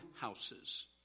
houses